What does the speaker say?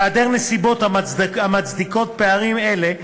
בהיעדר נסיבות המצדיקות פערים אלה,